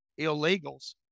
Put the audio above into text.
illegals